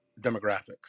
demographics